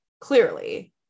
clearly